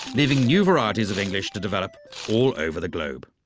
leaving new varieties of english to develop all over the globe.